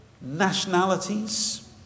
nationalities